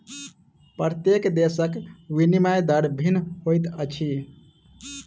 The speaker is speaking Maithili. प्रत्येक देशक विनिमय दर भिन्न होइत अछि